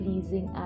pleasing